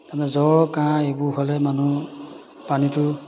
জ্বৰ কাঁহ এইবোৰ হ'লে মানুহ পানীটো